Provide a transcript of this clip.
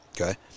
okay